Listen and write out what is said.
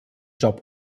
job